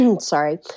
sorry